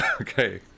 Okay